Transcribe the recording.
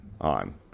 on